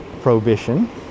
prohibition